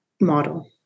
model